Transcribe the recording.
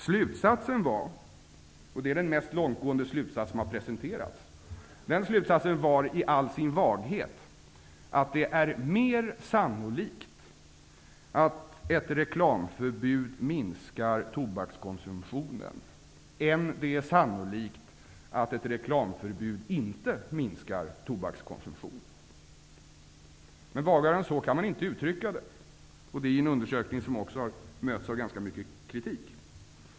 Slutsatsen var -- och det är den mest långtgående slutsats som har presenterats -- i all sin vaghet att det är mer sannolikt att ett reklamförbud minskar tobakskonsumtionen än det är sannolikt att ett reklamförbud inte minskar tobakskonsumtionen. Men vagare än så kan man inte uttrycka det, och det i en undersökning som också har mötts av ganska mycket kritik.